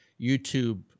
YouTube